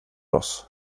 oss